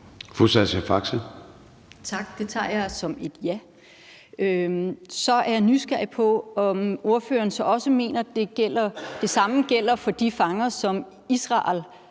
Faxe (ALT): Tak. Det tager jeg som et ja. Så er jeg nysgerrig på, om ordføreren så også mener, at det samme gælder for de fanger, som Israel